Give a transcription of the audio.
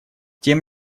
тем